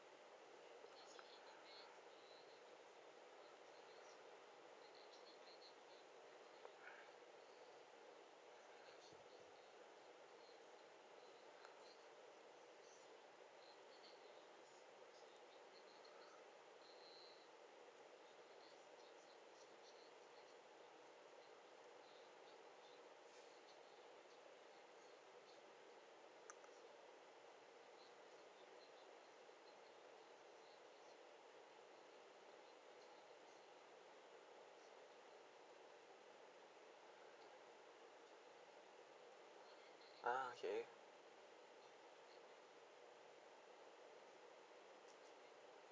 ah okay